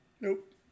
nope